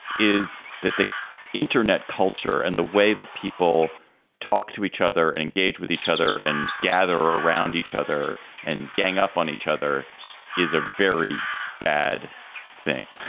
is that the internet culture and the way that people talk to each other and engage with each other and gather around each other and gang up on each other is a very bad thing.